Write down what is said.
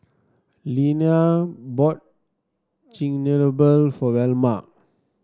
Iliana bought Chigenabe for Velma